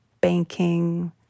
banking